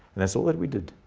that's what what we did.